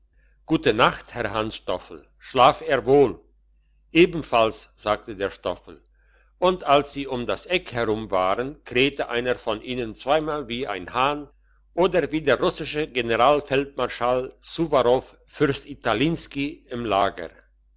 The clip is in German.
gute nacht herr hansstoffel schlaf er wohl ebenfalls sagte der stoffel und als sie um das eck herum waren krähte einer von ihnen zweimal wie ein hahn oder wie der russische general feldmarschall suwarow fürst italinsky im lager